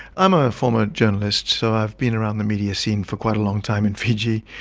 i'm a former journalist, so i've been around the media scene for quite a long time in fiji.